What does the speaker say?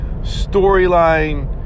storyline